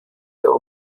der